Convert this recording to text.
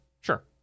Sure